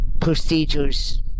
procedures